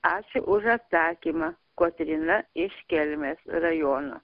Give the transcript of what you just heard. ačiū už atsakymą kotryna iš kelmės rajono